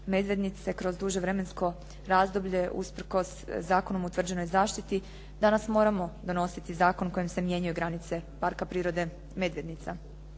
Medvednice kroz duže vremensko razdoblje usprkos zakonom utvrđenoj zaštiti danas moramo donositi zakon kojim se mijenjaju granice Parka prirode "Medvednica".